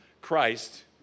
christ